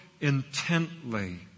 intently